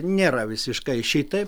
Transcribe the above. nėra visiškai šitaip